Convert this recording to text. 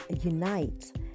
unite